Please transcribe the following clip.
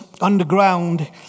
underground